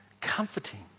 comforting